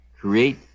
create